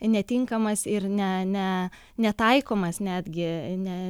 netinkamas ir ne ne netaikomas netgi ne